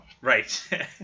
Right